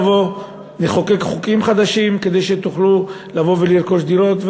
נבוא נחוקק חוקים חדשים כדי שתוכלו לבוא ולרכוש דירות?